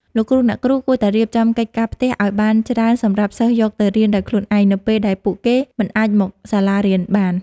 លោកគ្រូអ្នកគ្រូគួរតែរៀបចំកិច្ចការផ្ទះឱ្យបានច្រើនសម្រាប់សិស្សយកទៅរៀនដោយខ្លួនឯង នៅពេលដែលពួកគេមិនអាចមកសាលារៀនបាន។